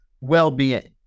well-being